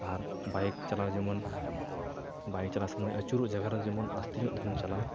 ᱟᱨ bike ᱪᱟᱞᱟᱣ ᱡᱮᱢᱚᱱ bike ᱪᱟᱞᱟᱣ ᱥᱚᱢᱚᱭ ᱟᱹᱪᱩᱨᱚᱜ ᱡᱟᱜᱟᱨᱮ ᱡᱮᱢᱚᱱ ᱟᱥᱛᱮᱧᱚᱜ ᱛᱮᱵᱚᱱ ᱪᱟᱞᱟᱣ